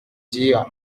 dire